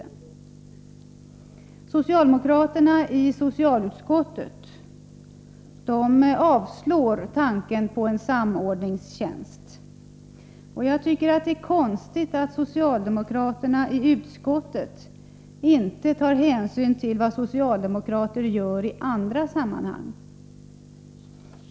I socialutskottet avvisade socialdemokraterna tanken på en samordningstjänst. Det är konstigt att socialdemokraterna i utskottet inte tar hänsyn till vad socialdemokraterna gör i andra sammanhang.